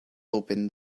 open